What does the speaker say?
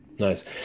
Nice